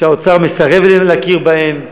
שהאוצר מסרב להכיר בהן.